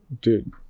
dude